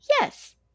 Yes